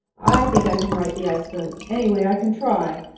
i think i can right the ice boat. anyway, i can try.